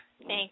thank